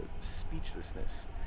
speechlessness